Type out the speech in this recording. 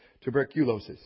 Tuberculosis